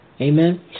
Amen